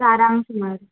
चारांक सुमार